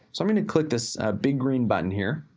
so i'm gonna click this big green button here.